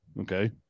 okay